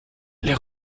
les